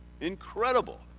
incredible